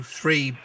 three